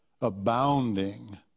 abounding